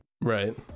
Right